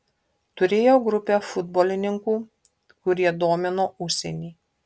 turėjau grupę futbolininkų kurie domino užsienį